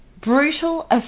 brutal